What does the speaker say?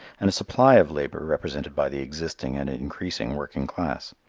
and a supply of labor represented by the existing and increasing working class.